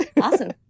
Awesome